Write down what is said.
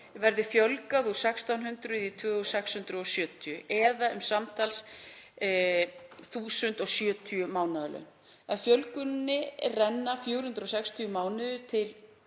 verði fjölgað úr 1.600 í 2.670, eða um samtals 1.070 mánaðarlaun. Af fjölguninni renna 460 mánuðir í